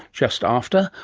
just after,